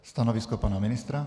Stanovisko pana ministra?